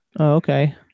okay